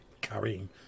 carrying